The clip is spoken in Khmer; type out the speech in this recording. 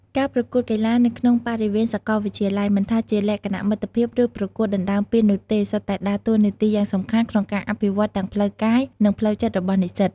ការប្រកួតកីឡានៅក្នុងបរិវេណសាកលវិទ្យាល័យ មិនថាជាលក្ខណៈមិត្តភាព ឬប្រកួតដណ្ដើមពាននោះទេ សុទ្ធតែដើរតួនាទីយ៉ាងសំខាន់ក្នុងការអភិវឌ្ឍទាំងផ្លូវកាយ និងផ្លូវចិត្តរបស់និស្សិត។